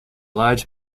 large